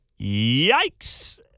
Yikes